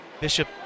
Bishop